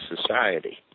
society